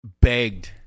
begged